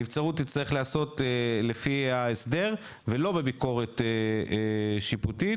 נבצרות תצטרך להיעשות לפי ההסדר ולא בביקורת שיפוטית.